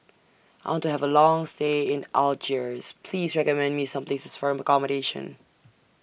I want to Have A Long stay in Algiers Please recommend Me Some Places For accommodation